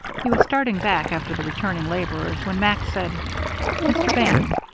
he was starting back after the returning laborers when max said mr. bannon.